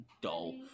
dull